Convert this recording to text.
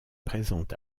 présente